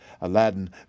Aladdin